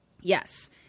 Yes